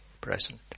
present